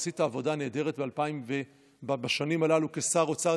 עשית עבודה נהדרת ב-2000 ובשנים הללו כשר אוצר,